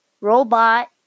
robot